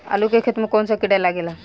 आलू के खेत मे कौन किड़ा लागे ला?